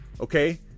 Okay